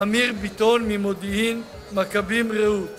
אמיר ביטון ממודיעין, מכבים רעות.